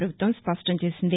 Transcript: ప్రపభుత్వం స్పష్టం చేసింది